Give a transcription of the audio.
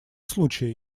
случае